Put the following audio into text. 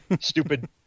stupid